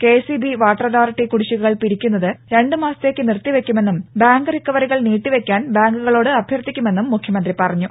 KSEB water authority കുടിശ്ശികകൾ പിരിക്കുന്നത് രണ്ട് മാസത്തേക്ക് നിർത്തി വെക്കുമെന്നും ബാങ്ക് റിക്കവറികൾ നീട്ടി വെയ്ക്കാൻ ബാങ്കുകളോട് അഭ്യർത്ഥിക്കുമെന്നും മുഖ്യമന്ത്രി പറഞ്ഞു